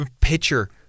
pitcher